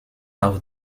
auf